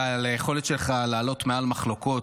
אלא על היכולת שלך לעלות מעל מחלוקות